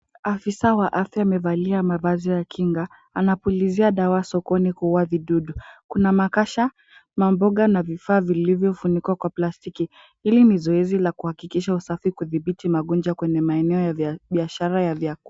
Afisa wa afya amevalia mavazi ya kinga anapulizia dawa sokoni kuua vidudu. Kuna makasha, mamboga na vifaa vilivyofunikwa kwa plastiki. Hili ni zoezi la kuhakikisha usafi kudhibiti magonjwa kwenye maeneo ya biashara ya vyakula.